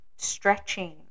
stretching